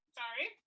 sorry